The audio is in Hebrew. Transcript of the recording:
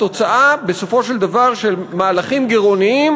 התוצאה בסופו של דבר של מהלכים גירעוניים,